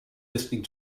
listening